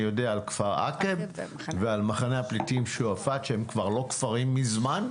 אני יודע על כפר עקב ועל מחנה הפליטים שועפט שהם כבר לא כפרים מזמן,